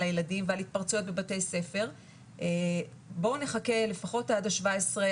הילדים ועל התפרצויות בבתי ספר בואו נחכה לפחות עד ה-17,